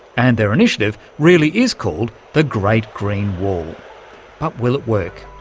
and their initiative really is called the great green wall. but will it work?